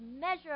measure